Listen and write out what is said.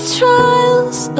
trials